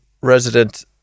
resident